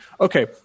Okay